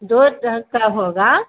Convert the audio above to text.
दो ढंग का होगा